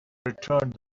returned